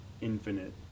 infinite